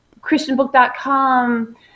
ChristianBook.com